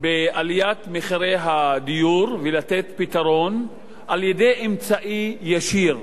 בעליית מחירי הדיור ולתת פתרון על-ידי אמצעי ישיר,